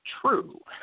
true